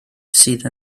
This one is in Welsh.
sydd